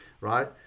right